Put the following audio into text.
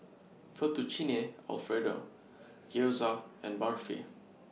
Fettuccine Alfredo Gyoza and Barfi